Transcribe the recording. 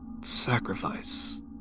sacrifice